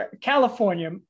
California